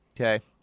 Okay